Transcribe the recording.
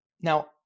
now